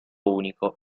unico